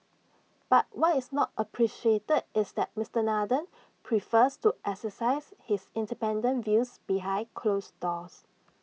but what is not appreciated is that Mister Nathan prefers to exercise his independent views behind closed doors